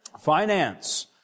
Finance